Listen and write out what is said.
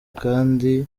kandi